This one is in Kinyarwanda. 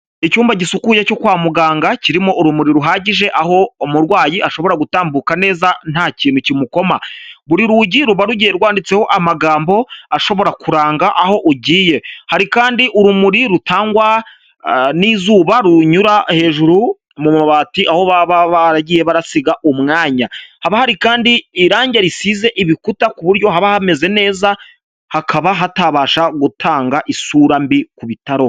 Icyumba gisukuye cyo kwa muganga kirimo urumuri ruhagije aho umurwayi ashobora gutambuka neza nta kintu kimukoma, buri rugi ruba rugiye rwanditseho amagambo ashobora kuranga aho ugiye, hari kandi urumuri rutangwa n'izuba runyura hejuru mu mumabati aho baba baragiye barasiga umwanya, haba hari kandi irangi risize ibikuta ku buryo haba hameze neza hakaba hatabasha gutanga isura mbi ku bitaro.